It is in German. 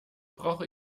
brauche